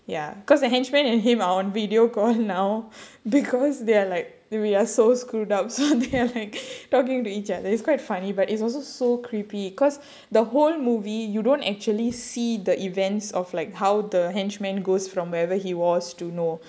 ya because the henchman and him are on video call now because they are like we are so screwed up so they are like talking to each other it's quite funny but it's also so creepy because the whole movie you don't actually see the events of like how the henchmen goes from wherever he was to know